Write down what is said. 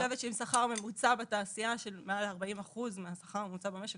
אני חושבת שעם שכר ממוצע בתעשייה של מעל 40 אחוז מהשכר הממוצע במשק,